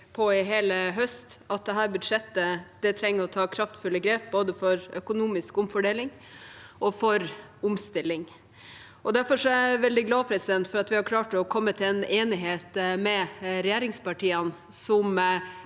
tydelig på at dette budsjettet trenger å ta kraftfulle grep både for økonomisk omfordeling og for omstilling. Derfor er jeg veldig glad for at vi har klart å komme til en enighet med regjeringspartiene som